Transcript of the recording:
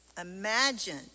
imagine